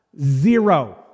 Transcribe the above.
zero